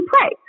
play